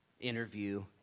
interview